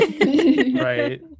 right